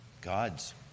God's